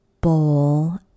bowl